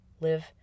live